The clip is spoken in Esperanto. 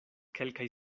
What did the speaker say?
kelkaj